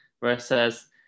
versus